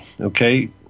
okay